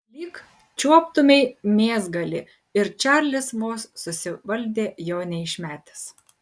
lyg čiuoptumei mėsgalį ir čarlis vos susivaldė jo neišmetęs